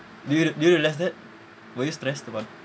do you do you realise that were you stressed about